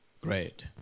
great